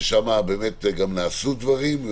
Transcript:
ששם באמת גם נעשו דברים,